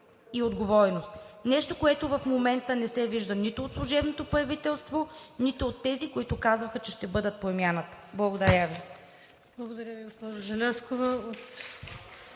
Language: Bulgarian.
и отговорност – нещо, което в момента не се вижда нито от служебното правителство, нито от тези, които казаха, че ще бъдат промяната. Благодаря Ви.